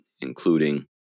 including